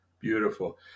Beautiful